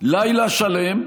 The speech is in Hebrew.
לילה שלם,